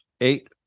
eight